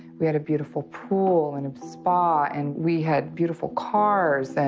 we had a beautiful pool and a spa and we had beautiful cars, and